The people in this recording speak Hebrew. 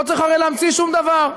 לא צריך הרי להמציא שום דבר: